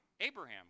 Abraham